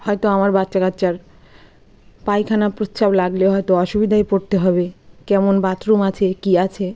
হয়তো আমার বাচ্চা কাচ্চার পাইখানা পেচ্ছাপ লাগলে হয়তো অসুবিধায় পড়তে হবে কেমন বাথরুম আছে কি আছে